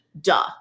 Duh